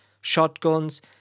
shotguns